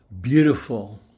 beautiful